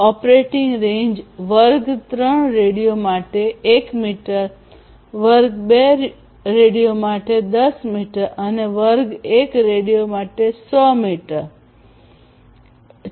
operating range વર્ગ 3 radio માટે 1 metre વર્ગ 2 રેડિયો માટે 10 મીટર અને વર્ગ 1 રેડિયો માટે 100 મીટર છે